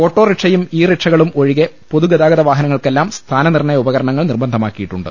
auto റിക്ഷയും ഇ റിക്ഷകളും ഒഴികെ പൊതുഗതാഗത വാഹനങ്ങൾക്കെല്ലാം സ്ഥാന നിർണയ ഉപകരണങ്ങൾ നിർബന്ധമാക്കിയിട്ടുണ്ട്